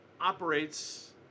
operates